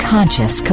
Conscious